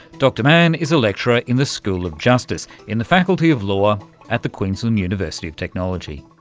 dr mann is a lecturer in the school of justice in the faculty of law at the queensland university of technology.